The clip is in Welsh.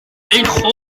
eich